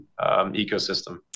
ecosystem